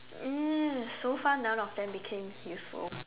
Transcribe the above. um so far none of them became useful